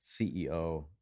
CEO